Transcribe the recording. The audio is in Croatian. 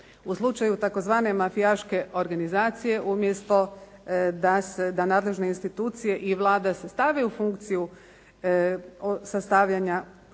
u slučaju tzv. mafijaške organizacije umjesto da se, da nadležne institucije i Vlada se stavi u funkciju sastavljanja